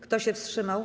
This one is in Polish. Kto się wstrzymał?